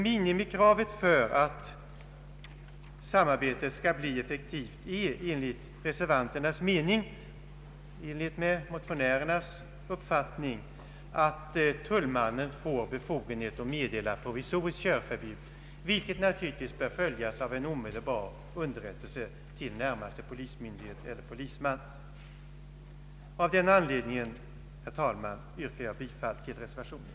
Minimikravet för att ett samarbete skall bli effektivt är enligt reservanternas mening — i enlighet med motionärernas uppfattning — att tullmannen får befogenhet att meddela provisoriskt körförbud, vilket naturligtvis bör följas av en omedelbar underrättelse till närmaste polismyndighet eller polisman. Av den anledningen, herr talman, yrkar jag bifall till reservationen.